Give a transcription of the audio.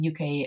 UK